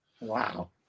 Wow